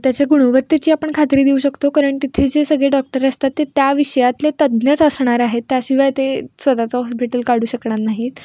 त्याच्या गुणवत्तेची आपण खात्री देऊ शकतो कारण तिथे जे सगळे डॉक्टर असतात ते त्या विषयातले तज्ज्ञच असणार आहेत त्याशिवाय ते स्वत चं हॉस्पिटल काढू शकणार नाहीत